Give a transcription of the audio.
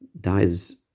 dies